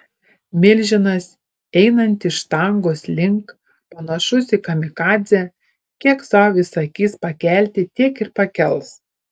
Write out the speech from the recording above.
milžinas einantis štangos link panašus į kamikadzę kiek sau įsakys pakelti tiek ir pakels